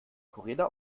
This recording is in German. corinna